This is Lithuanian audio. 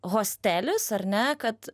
hostelis ar ne kad